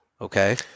Okay